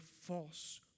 false